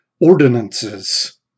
ordinances